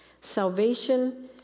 Salvation